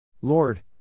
Lord